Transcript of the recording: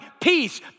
Peace